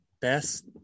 best